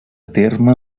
terme